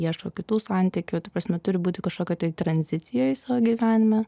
ieško kitų santykių ta prasme turi būti kažkokioj tai tranzicijoj savo gyvenime